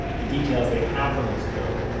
the details they have released, though,